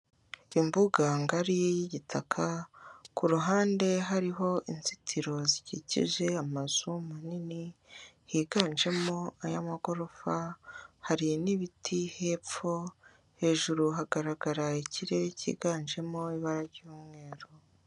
Imbuga ngari ye y'igitaka ku ruhande hariho inzitiro zikikije amazu manini, higanjemo ay'amagorofa hari n'ibiti hepfo, hejuru hagaragara ikirere cyiganjemo ibara ry'umweru.